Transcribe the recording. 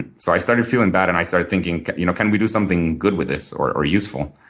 and so i started feeling bad, and i started thinking, you know can we do something good with this or or useful?